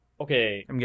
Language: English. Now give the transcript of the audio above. Okay